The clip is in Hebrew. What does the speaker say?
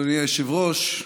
אדוני היושב-ראש,